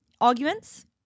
arguments